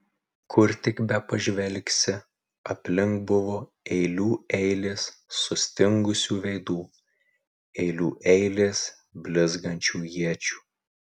kur tik bepažvelgsi aplink buvo eilių eilės sustingusių veidų eilių eilės blizgančių iečių